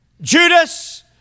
Judas